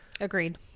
Agreed